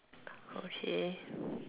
okay